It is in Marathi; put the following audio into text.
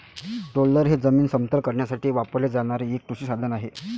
रोलर हे जमीन समतल करण्यासाठी वापरले जाणारे एक कृषी साधन आहे